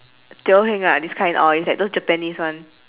teo heng ah this kind all it's like those japanese one